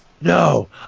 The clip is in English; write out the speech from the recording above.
No